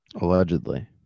Allegedly